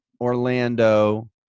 Orlando